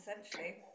Essentially